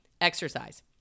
exercise